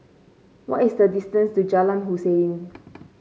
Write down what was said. what is the distance to Jalan Hussein